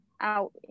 out